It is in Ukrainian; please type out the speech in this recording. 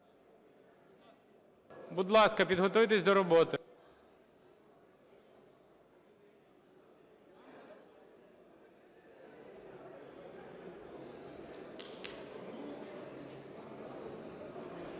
Будь ласка, підготуйтесь до роботи.